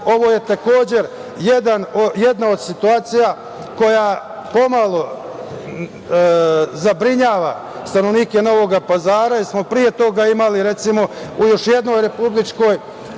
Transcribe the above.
je takođe jedna od situacija koja pomalo zabrinjava stanovnike Novog Pazara, jer smo pre toga imali u još jednoj republičkoj